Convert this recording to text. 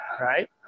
Right